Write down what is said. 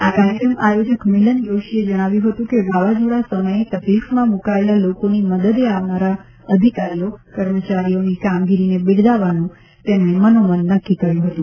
આ કાર્યક્રમ આયોજક મિલન જોષીએ જણાવ્યું હતું કે વાવાઝોડા સમયે તકલીફમાં મૂકાયેલા લોકોની મદદે આવનારા અધિકારીઓ કર્મચારીઓની કામગીરીને બિરદાવવાનું તેમણે મનોમન નક્કી કર્યું હતું